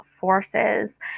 forces